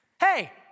Hey